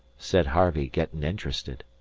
said harvey, getting interested.